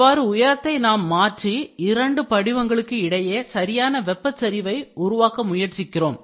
இவ்வாறு உயரத்தை நாம் மாற்றி இரண்டு படிவங்களுக்கு இடையே சரியான வெப்பச் சரிவை உருவாக்க முயற்சிக்கிறோம்